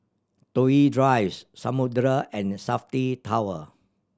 Toh Yi Drives Samudera and Safti Tower